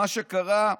מה שקרה,